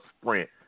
sprint